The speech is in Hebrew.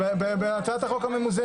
1 ו-2 בהצעת החוק הממוזגת.